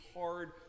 hard